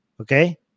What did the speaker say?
okay